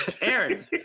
Aaron